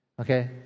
Okay